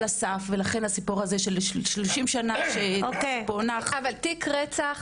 הסף ולכן הסיפור הזה של 30 שנה שפוענח --- אבל תיק רצח